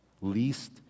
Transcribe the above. least